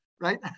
right